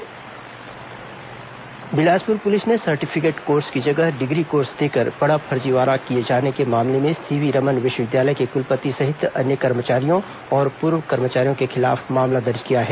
CV Raman फर्जीवाड़ा Bilaspur police ने certificate course की जगह डिग्री कोर्स देकर बड़ा फर्जीवाड़ा किए जाने के मामले में सीवी रमन विश्वविद्यालय के कुलपति सहित अन्य कर्मचारियों और पूर्व कर्मचारियों के खिलाफ मामला दर्ज किया है